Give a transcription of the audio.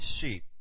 sheep